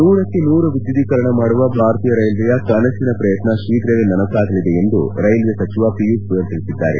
ನೂರಕ್ಷೆ ನೂರು ವಿದ್ಯುದೀಕರಣ ಮಾಡುವ ಭಾರತೀಯ ರೈಲ್ವೆಯ ಕನಸಿನ ಪ್ರಯತ್ನ ಶೀಘವೇ ನನಸಾಗಲಿದೆ ಎಂದು ರೈಲ್ವೆ ಸಚಿವ ಪೀಯೂಶ್ ಗೋಯೆಲ್ ತಿಳಿಸಿದ್ದಾರೆ